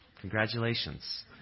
Congratulations